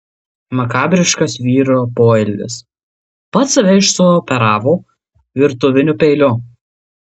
makabriškas vyro poelgis pats save išsioperavo virtuviniu peiliu